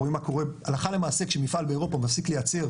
אנחנו רואים מה קורה הלכה למעשה כשמפעל באירופה מפסיק לייצר